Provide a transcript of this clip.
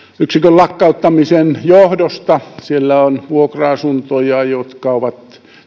lakkauttamisen johdosta siellä on vuokra asuntoja jotka ovat